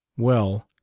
well,